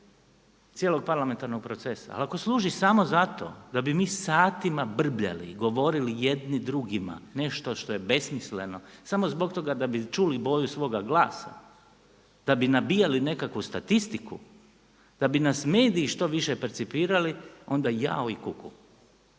cijelog parlamentarnog procesa. Ali ako služi samo zato da bi mi satima brbljali i govorili jedni drugima nešto što je besmisleno samo zbog toga da bi čuli boju svoga glasa, da bi nabijali neku statistiku, da bi nas mediji što više percipirali ona jao i kuku,